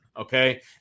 okay